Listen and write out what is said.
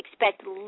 expect